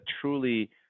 truly